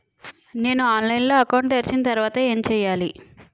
నేను ఆన్లైన్ లో అకౌంట్ తెరిచిన తర్వాత ఏం చేయాలి?